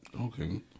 Okay